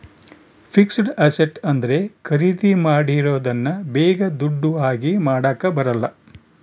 fixed asset ಅಂದ್ರೆ ಖರೀದಿ ಮಾಡಿರೋದನ್ನ ಬೇಗ ದುಡ್ಡು ಆಗಿ ಮಾಡಾಕ ಬರಲ್ಲ